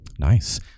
nice